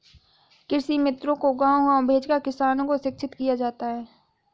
कृषि मित्रों को गाँव गाँव भेजकर किसानों को शिक्षित किया जाता है